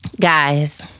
Guys